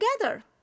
together